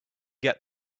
get